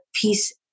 peace